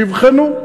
תבחנו,